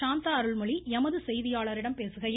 சாந்தா அருள்மொழி எமது செய்தியாளரிடம் பேசுகையில்